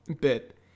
bit